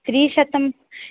त्रिशतम्